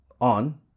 on